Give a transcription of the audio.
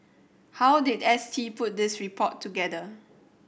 how did S T put this report together